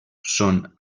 són